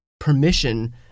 permission